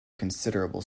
considerable